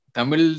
Tamil